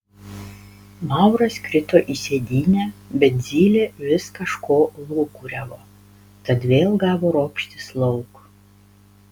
mauras krito į sėdynę bet zylė vis kažko lūkuriavo tad vėl gavo ropštis lauk